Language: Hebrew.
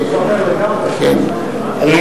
זה לא אותו דבר, זה משהו אחר לגמרי.